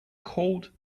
called